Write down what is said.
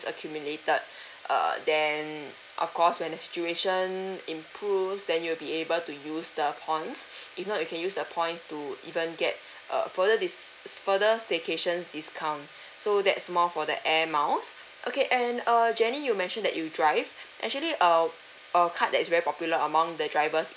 accumulated err then of course when the situation improves then you'll be able to use the points if not you can use the points to even get uh further dis~ s~ further staycations discount so that's more for the air miles okay and err jenny you mention that you drive actually err a card that is very popular among the drivers